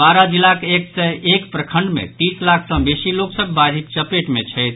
बारह जिलाक एक सय एक प्रखंड मे तीस लाख सॅ बेसी लोक सभ बाढ़िक चपेट मे छथि